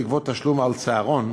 לגבות תשלום על צהרון,